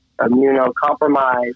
immunocompromised